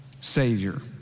Savior